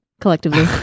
Collectively